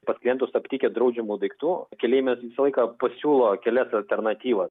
pas klijentus aptikę draudžiamų daiktų keleiviams visą laiką pasiūlo kelias alternatyvas